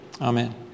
Amen